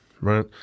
right